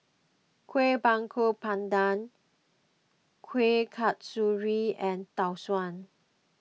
Kueh Bakar Pandan Kuih Kasturi and Tau Suan